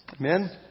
Amen